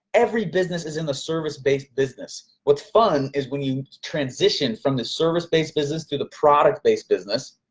every business is in the service-based business. what's fun is when you transition from the service-based business to the product-based business,